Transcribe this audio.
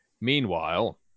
Meanwhile